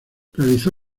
realizó